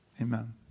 amen